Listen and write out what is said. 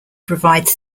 provide